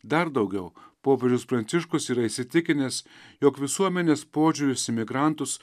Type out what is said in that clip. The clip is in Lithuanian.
dar daugiau popiežius pranciškus yra įsitikinęs jog visuomenės požiūris į migrantus